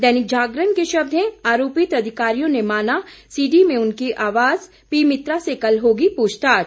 दैनिक जागरण के शब्द हैं आरोपित अधिकारियों ने माना सीडी में उनकी आवाज पी मित्रा से कल होगी पूछताछ